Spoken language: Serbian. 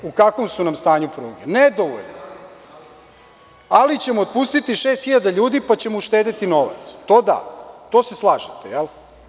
U kakvom su nam stanju pruge, ali ćemo otpustiti šest hiljada ljudi, pa ćemo uštedeti novac, i to da, to se slažete, jel?